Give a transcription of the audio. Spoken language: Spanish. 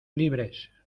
libres